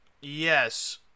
yes